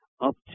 up